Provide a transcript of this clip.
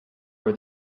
were